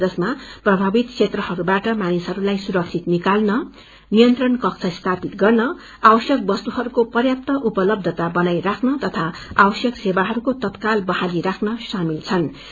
यसमा प्रभावित क्षेत्रहरूबाट मानिसहरूलाई सुरक्षित निकाल्न रात दिनको नियंत्रण कक्ष स्थापित गर्न आवश्यक वस्तुहरूको पर्याप्त उपलब्धता बनाई राख्न तथा आवश्यक सेवाहरूको तत्काल बहाली राख्न शामेल छनृ